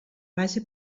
base